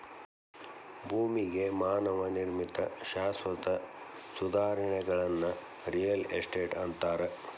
ಭೂಮಿಗೆ ಮಾನವ ನಿರ್ಮಿತ ಶಾಶ್ವತ ಸುಧಾರಣೆಗಳನ್ನ ರಿಯಲ್ ಎಸ್ಟೇಟ್ ಅಂತಾರ